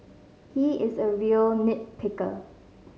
he is a real nit picker